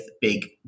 big